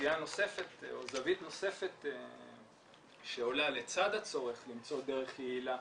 סוגיה נוספת או זווית נוספת שעולה לצד הצורך למצוא דרך יעילה